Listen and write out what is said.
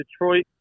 Detroit